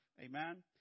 Amen